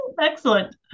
Excellent